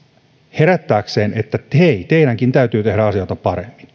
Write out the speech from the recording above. herättääksemme että hei teidänkin täytyy tehdä asioita paremmin